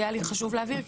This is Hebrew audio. היה לי חשוב להבהיר,